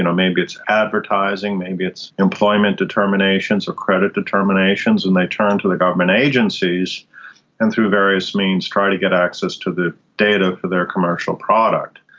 and maybe it's advertising, maybe it's employment determinations or credit determinations, and they turn to the government agencies and through various means try to get access to the data for their commercial product.